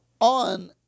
on